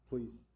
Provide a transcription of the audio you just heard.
Please